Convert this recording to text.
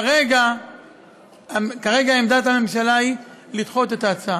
כרגע עמדת הממשלה היא לדחות את ההצעה.